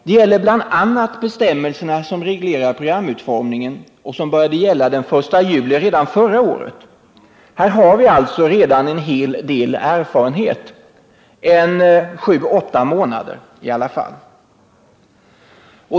Det gäller bl.a. de regler som reglerar programutformningen och som började gälla den första juli förra året. Här har vi alltså redan en del erfarenhet — sju åtta månader i alla fall.